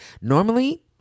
normally